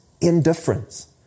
indifference